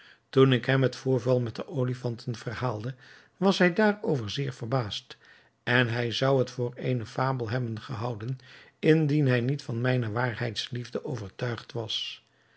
toen ik hem het voorval met de olifanten verhaalde was hij daarover zeer verbaasd en hij zou het voor eene fabel hebben gehouden indien hij niet van mijne waarheidsliefde overtuigd was